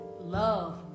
love